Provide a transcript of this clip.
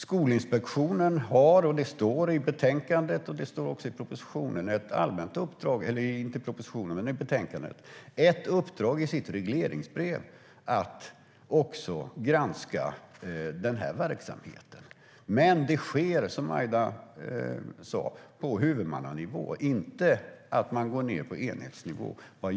Det står i betänkandet att Skolinspektionen har ett uppdrag i sitt regleringsbrev att också granska den här verksamheten. Men det sker som Aida Hadzialic sa på huvudmannanivå, inte på enhetsnivå.